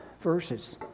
verses